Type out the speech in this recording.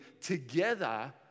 together